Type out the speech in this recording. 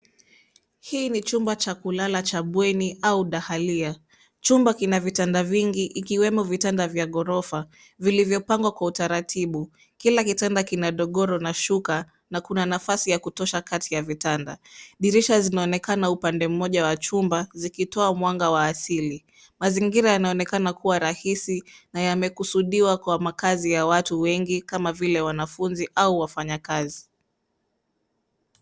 Hii ni chumba cha kulala cha bweni au dahalia. Chumba kina vitanda vingi, ikiwemo vitanda vya ghorofa vilivyopangwa kwa utaratibu. Kila kitanda kina godoro na shuka. Na kuna nafasi ya kutosha kati ya vitanda. Dirisha zinaonekana upande mmoja wa chumba zikitoa mwanga wa asili. Mazingira yanaonekana kuwa rahisi na yamekusudiwa kwa makazi ya watu wengi kama vile wanafunzi au wafanyakazi.